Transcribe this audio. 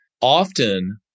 Often